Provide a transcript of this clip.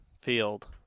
field